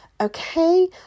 Okay